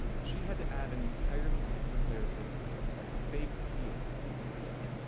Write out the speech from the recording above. she had to add an entirely different layer of difficulty by fake peeing when we took her out.